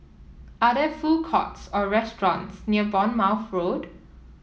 are there food courts or restaurants near Bournemouth Road